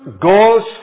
goals